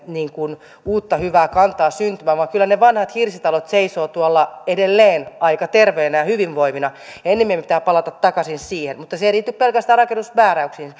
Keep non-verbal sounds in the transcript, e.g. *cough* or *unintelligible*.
uutta hyvää kantaa syntymään vaan kyllä ne vanhat hirsitalot seisovat edelleen aika terveinä ja hyvinvoivina ja ennemmin meidän pitää palata takaisin siihen mutta se ei liity pelkästään rakennusmääräyksiin *unintelligible*